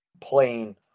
playing